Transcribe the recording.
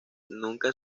nunca